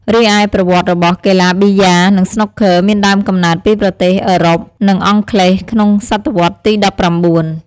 រីឯប្រវត្តិរបស់ កីឡាប៊ីយ៉ានិង ស្នូកឃ័រមានដើមកំណើតពីប្រទេសអឺរ៉ុប និងអង់គ្លេសក្នុងសតវត្សទី ១៩។